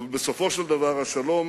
אבל בסופו של דבר השלום